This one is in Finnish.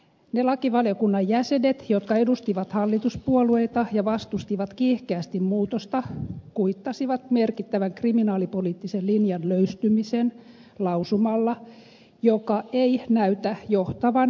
ne lakivaliokunnan jäsenet jotka edustivat hallituspuolueita ja vastustivat kiihkeästi muutosta kuittasivat merkittävän kriminaalipoliittisen linjan löystymisen lausumalla joka ei näytä johtavan mihinkään